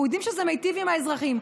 אנחנו יודעים שזה מיטיב עם האזרחים.